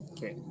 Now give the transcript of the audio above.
Okay